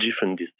different